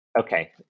Okay